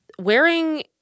wearing